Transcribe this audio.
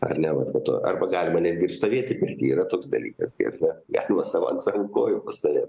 ar ne va po to arba galima netgi ir stovėti pirty yra toks dalykas ir ne galima savo atsarankoj jau pastovėt